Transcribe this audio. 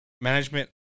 management